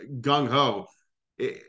gung-ho